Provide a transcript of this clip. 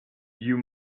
you